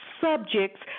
subjects